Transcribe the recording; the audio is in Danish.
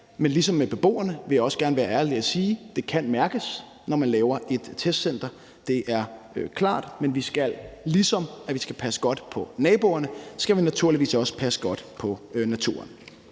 Men ligesom med beboerne vil jeg også gerne være ærlig og sige, at det kan mærkes, når man laver et testcenter. Det er klart. Men ligesom vi skal passe godt på naboerne, skal vi naturligvis også passe godt på naturen.